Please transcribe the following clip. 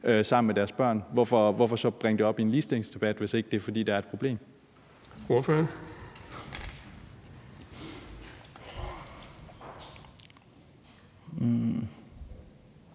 sammen med deres børn, hvorfor så bringe det op i en ligestillingsdebat, hvis ikke det er, fordi der er et problem? Kl.